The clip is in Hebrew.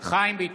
חיים ביטון,